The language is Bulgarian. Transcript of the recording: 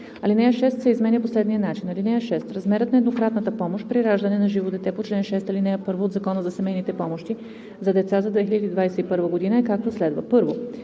Алинея 6 се изменя по следния начин: „(6) Размерът на еднократната помощ при раждане на живо дете по чл. 6, ал. 1 от Закона за семейните помощи за деца за 2021 г. е, както следва: